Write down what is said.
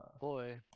Boy